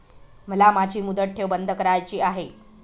मला माझी मुदत ठेव बंद करायची आहे